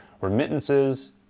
remittances